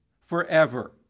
forever